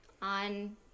On